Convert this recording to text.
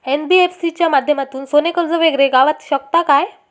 NBFC च्या माध्यमातून सोने कर्ज वगैरे गावात शकता काय?